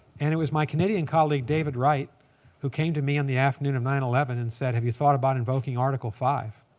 and it was my canadian colleague david wright who came to me on the afternoon of nine eleven and said, have you thought about invoking article five?